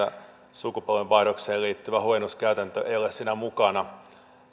sukupolvenvaihdokseen liittyvä huojennuskäytäntö ei ole siinä mukana